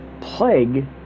plague